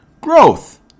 growth